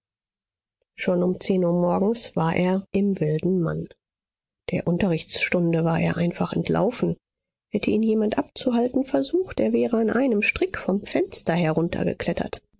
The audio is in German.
schon um zehn uhr morgens war er im wilden mann der unterrichtsstunde war er einfach entlaufen hätte ihn jemand abzuhalten versucht er wäre an einem strick vom fenster